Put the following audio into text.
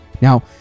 now